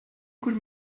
could